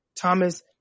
Thomas